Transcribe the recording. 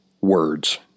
words